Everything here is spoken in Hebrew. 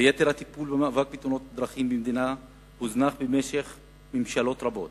ויתר הטיפול במאבק בתאונות הדרכים במדינה הוזנחו במשך ממשלות רבות,